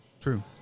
True